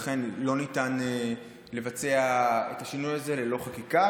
לכן לא ניתן לבצע את השינוי הזה ללא חקיקה,